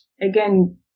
again